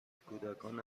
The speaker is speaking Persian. کودکان